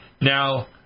Now